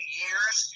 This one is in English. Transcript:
years